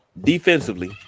Defensively